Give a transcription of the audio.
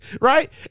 Right